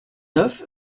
neuf